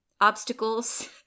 obstacles